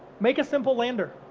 make a simple lander.